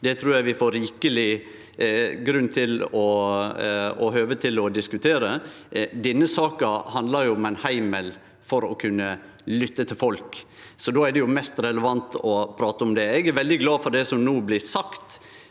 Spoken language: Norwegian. Det trur eg vi får rikeleg grunn til og høve til å diskutere. Denne saka handlar om ein heimel for å kunne lytte til folk, så då er det mest relevant å prate om det. Eg er veldig glad for det som blir sagt